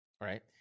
right